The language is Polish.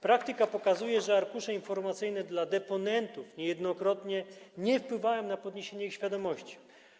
Praktyka pokazuje, że arkusze informacyjne dla deponentów niejednokrotnie nie wpływają na podniesienie ich świadomości.